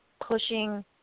pushing